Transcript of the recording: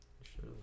Sure